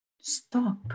stop